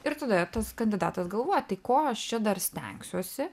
ir tada tas kandidatas galvoja tai ko aš čia dar stengsiuosi